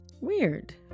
weird